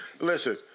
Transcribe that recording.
Listen